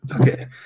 Okay